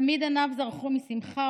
תמיד עיניו זרחו משמחה,